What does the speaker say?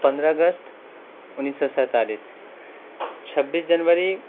پندرہ اگست انیس سو سنتالیس چھبیس جنوری